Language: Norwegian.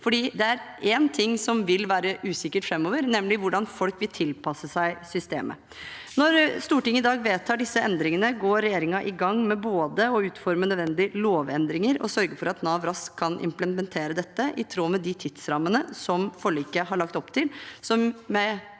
det er én ting som vil være usikkert framover, nemlig hvordan folk vil tilpasse seg systemet. Når Stortinget i dag vedtar disse endringene, går regjeringen i gang med både å utforme nødvendige lovendringer og sørge for at Nav raskt kan implementere dette, i tråd med de tidsrammene som forliket har lagt opp til,